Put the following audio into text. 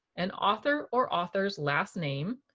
an author or authors' last name,